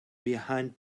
behind